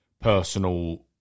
personal